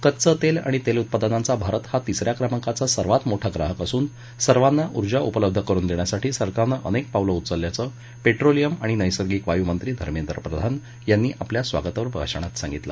कच्चं तेल आणि तेल उत्पादनांचा भारत हा तिस या क्रमांकाचा सर्वात मोठा ग्राहक असून सर्वांना उर्जा उपलब्ध करुन देण्यासाठी सरकारनं अनेक पावलं उचलल्याचं पेट्रोलियम आणि नैर्सगिक वायू मंत्री धर्मेद्र प्रधान यांनी स्वागतपर भाषणात सांगितलं